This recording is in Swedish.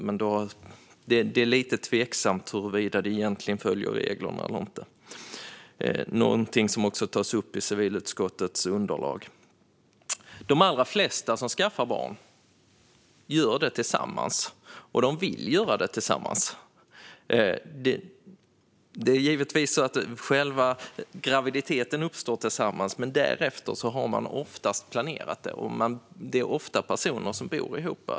Det är lite tveksamt huruvida det egentligen följer reglerna eller inte, vilket är någonting som också tas upp i civilutskottets underlag. De allra flesta som skaffar barn gör det tillsammans, och de vill göra det tillsammans. Själva graviditeten uppstår givetvis tillsammans, men utöver det har man oftast planerat den. Det gäller också oftast personer som bor ihop.